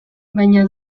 baina